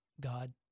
God